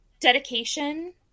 dedication